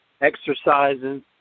exercising